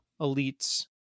elites